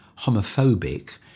homophobic